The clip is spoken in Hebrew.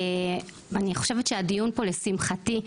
לשמחתי,